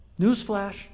Newsflash